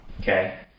Okay